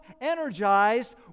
energized